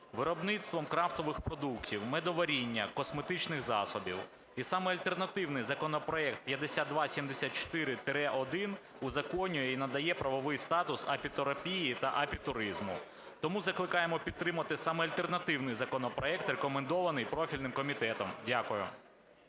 виробництвом крафтових продуктів, медоваріння, косметичних засобів. І саме альтернативний законопроект 5274-1 узаконює і надає правовий статус апітерапії та апітуризму. Тому закликаємо підтримати саме альтернативний законопроект, рекомендований профільним комітетом. Дякую.